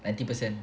ninety percent